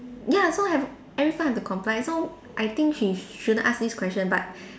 ya so every every firm have to comply so I think she shouldn't ask this question but